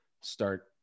start